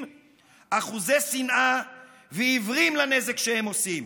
אחוזי שנאה ועיוורים לנזק שהם עושים.